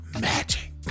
magic